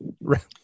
right